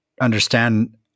understand